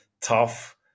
tough